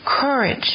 courage